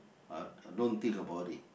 uh I don't think about it